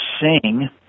sing